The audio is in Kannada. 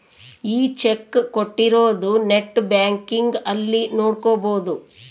ಈ ಚೆಕ್ ಕೋಟ್ಟಿರೊರು ನೆಟ್ ಬ್ಯಾಂಕಿಂಗ್ ಅಲ್ಲಿ ನೋಡ್ಕೊಬೊದು